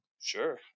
Sure